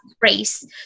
race